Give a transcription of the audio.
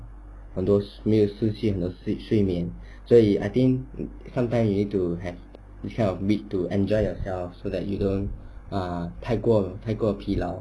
those 没有休息的睡眠所以 I think sometimes you need to have a bit to enjoy yourself so that you don't err 太过太过疲劳